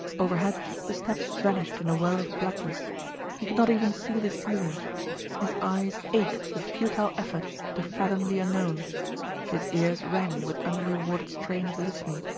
overhead the steps vanished in a well of blackness he could not even see the ceiling his eyes ached with futile effort to fathom the unknown his ears rang with unrewarded strain of listening.